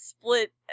Split